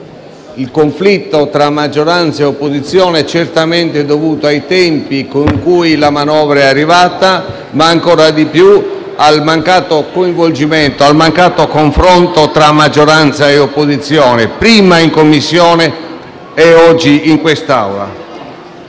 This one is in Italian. il conflitto tra maggioranza e opposizione, certamente dovuto ai tempi con cui la manovra è arrivata, ma ancora più al mancato confronto tra maggioranza e opposizione, prima in Commissione e oggi in quest'Aula.